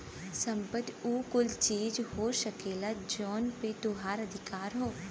संपत्ति उ कुल चीज हो सकला जौन पे तोहार अधिकार हौ